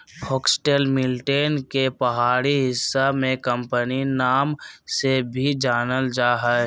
foxtail millet के पहाड़ी हिस्सा में कंगनी नाम से भी जानल जा हइ